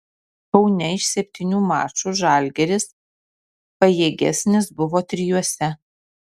kaune iš septynių mačų žalgiris pajėgesnis buvo trijuose